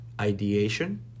Ideation